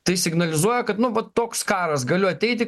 tai signalizuoja kad nu vat toks karas galiu ateiti